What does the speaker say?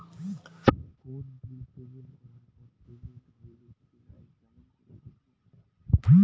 কোনো bill payment করার পর পেমেন্ট হইল কি নাই কেমন করি বুঝবো?